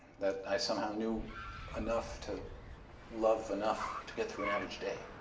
that i somehow knew enough to love enough to get through an average day.